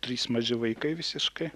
trys maži vaikai visiškai